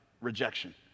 rejection